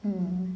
mm